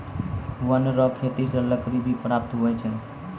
वन रो खेती से लकड़ी भी प्राप्त हुवै छै